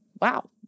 wow